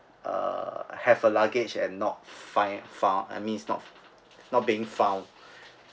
uh uh have a luggage and not find far I mean it's not being found